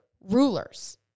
rulers